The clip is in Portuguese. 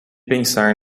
pensar